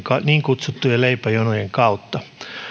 niin kutsuttujen leipäjonojen kautta